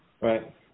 Right